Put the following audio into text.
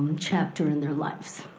and chapter in their lives.